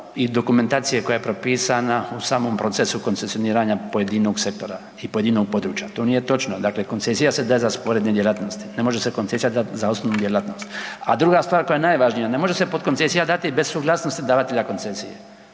i dokumentacije koja je propisana u samom procesu koncesioniranja pojedinog sektora i pojedinog područja. To nije točno, dakle, koncesija se daje za sporedne djelatnosti, ne može se koncesija dati za osnovnu djelatnost. A druga stvar koja je najvažnija ne može se potkoncesija dati bez suglasnosti davatelja koncesije.